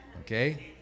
okay